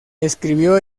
escribió